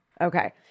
Okay